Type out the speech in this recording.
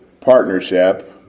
partnership